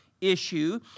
issue